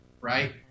right